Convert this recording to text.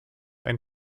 ein